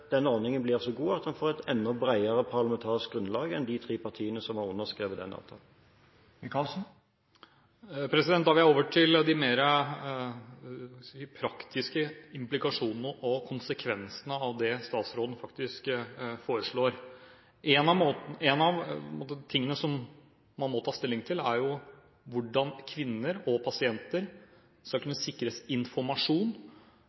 ordningen blir så god at den får et enda bredere parlamentarisk grunnlag enn de tre partiene som har underskrevet denne avtalen. Da vil jeg over til de mer praktiske implikasjonene og konsekvensene av det statsråden faktisk foreslår. En av tingene som man må ta stilling til, er hvordan kvinner og pasienter skal